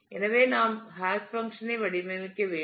எனவே நாம் ஒரு ஹாஷ் பங்க்ஷன் ஐ வடிவமைக்க வேண்டும்